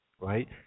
right